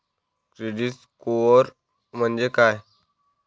Credit score म्हणजे काय?